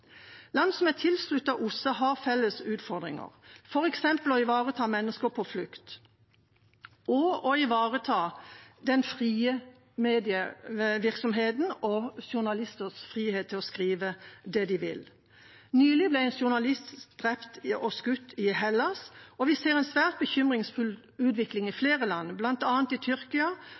Land som er tilsluttet OSSE, har felles utfordringer, f.eks. å ivareta mennesker på flukt og å ivareta den frie medievirksomheten og journalisters frihet til å skrive det de vil. Nylig ble en journalist skutt og drept i Hellas, og vi ser en svært bekymringsfull utvikling i flere land, bl.a. i Tyrkia